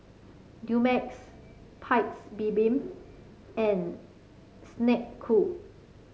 Dumex Paik's Bibim and Snek Ku